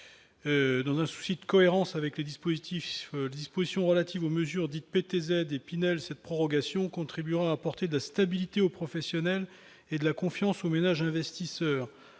dans un souci de cohérence avec les dispositifs dispositions relatives aux mesures dites PTZ Pinel cette prorogation contribuera à apporter de la stabilité aux professionnels et de la confiance aux ménages investisseurs